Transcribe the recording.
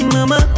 Mama